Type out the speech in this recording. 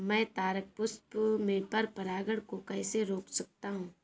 मैं तारक पुष्प में पर परागण को कैसे रोक सकता हूँ?